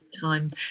time